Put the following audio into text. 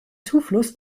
zufluss